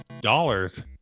dollars